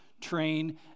train